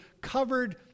covered